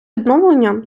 відновлення